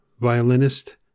violinist